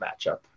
matchup